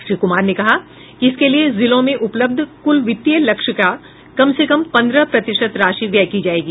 श्री कुमार ने कहा कि इसके लिए जिलों में उपलब्ध कुल वित्तीय लक्ष्य का कम से कम पन्द्रह प्रतिशत राशि व्यय की जायेगी